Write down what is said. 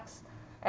as